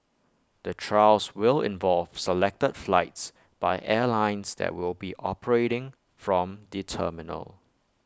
the trials will involve selected flights by airlines that will be operating from the terminal